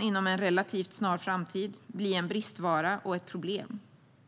Inom en relativt snar framtid kan även brist på kompetens bli ett problem.